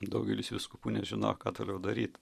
daugelis vyskupų nežinojo ką toliau daryt